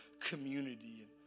community